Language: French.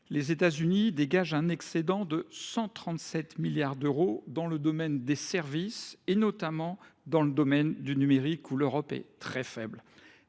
les États Unis dégagent un excédent de 137 milliards d’euros dans le domaine des services, notamment dans celui du numérique, où l’Europe est très faible.